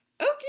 Okay